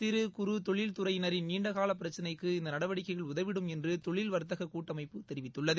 சிறு குறு தொழில் துறையினாின் நீண்டகால பிரக்சினைக்கு இந்த நடவடிக்கைகள் உதவிடும் என்று தொழில் வர்த்தக கூட்டமைப்பு தெரிவித்துள்ளது